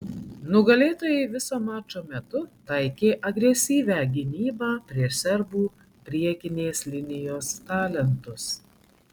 nugalėtojai viso mačo metu taikė agresyvią gynybą prieš serbų priekinės linijos talentus